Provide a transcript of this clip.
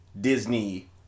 Disney